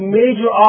major